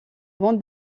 vente